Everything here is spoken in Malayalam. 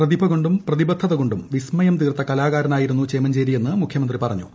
പ്രതിഭ കൊണ്ടും പ്രതിബദ്ധത കൊണ്ടും വിസ്മയം തീർത്ത കലാകാരനായിരുന്നു ചേമഞ്ചേരിയെന്ന് മുഖൃമന്ത്രി പറഞ്ഞു